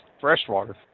Freshwater